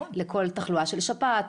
לכל תחלואה של שפעת,